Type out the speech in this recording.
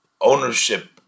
ownership